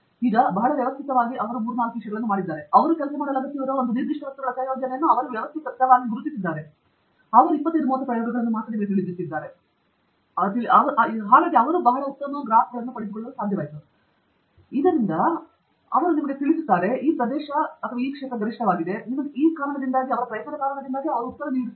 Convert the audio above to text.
ಈಗ ಬಹಳ ವ್ಯವಸ್ಥಿತವಾಗಿ ಅವರು ಮೂರು ನಾಲ್ಕು ವಿಷಯಗಳನ್ನು ಮಾಡಿದ್ದಾರೆ ಅವರು ಕೆಲಸ ಮಾಡಲು ಅಗತ್ಯವಿರುವ ಒಂದು ನಿರ್ದಿಷ್ಟ ವಸ್ತುಗಳ ಸಂಯೋಜನೆಯನ್ನು ಅವರು ವ್ಯವಸ್ಥಿತವಾಗಿ ಗುರುತಿಸಿದ್ದಾರೆ ಮತ್ತು ಅವರು 25 ಪ್ರಯೋಗಗಳನ್ನು ಮಾತ್ರ ನಿಮಗೆ ತಿಳಿದಿದ್ದಾರೆ ಇದರಿಂದ ಅವರು ಬಹಳ ಉತ್ತಮ ಜೋಡಿ ಗ್ರಾಫ್ಗಳನ್ನು ಪಡೆದುಕೊಳ್ಳಲು ಸಾಧ್ಯವಾಯಿತು ಇದರಿಂದ ಅವರು ನಿಮಗೆ ಸ್ಪಷ್ಟವಾಗಿ ತಿಳಿಸುತ್ತಾರೆ ಒಂದು ಪ್ರದೇಶವು ಗರಿಷ್ಠವಾಗಿದೆ ಅವರು ನಿಮಗೆ ಉತ್ತರವನ್ನು ನೀಡುತ್ತಾರೆ